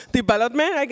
development